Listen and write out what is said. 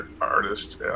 artist